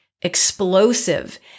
explosive